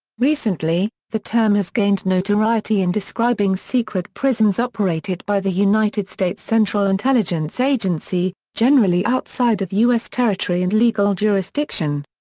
recently, the term has gained notoriety in describing secret prisons operated by the united states central intelligence agency, generally outside of u s. territory and legal jurisdiction.